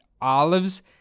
olives